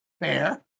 fair